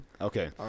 Okay